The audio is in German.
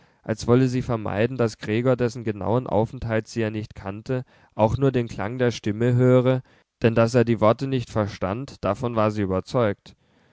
als wolle sie vermeiden daß gregor dessen genauen aufenthalt sie ja nicht kannte auch nur den klang der stimme höre denn daß er die worte nicht verstand davon war sie überzeugt